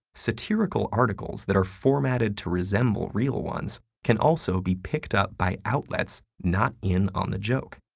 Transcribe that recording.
satirical articles that are formatted to resemble real ones can also be picked up by outlets not in on the joke.